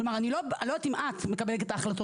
כלומר אני לא יודעת אם את מקבלת את ההחלטות,